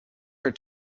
her